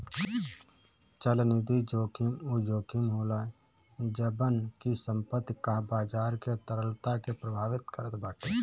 चलनिधि जोखिम उ जोखिम होला जवन की संपत्ति कअ बाजार के तरलता के प्रभावित करत बाटे